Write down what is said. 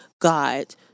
God